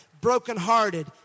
brokenhearted